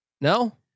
No